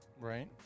Right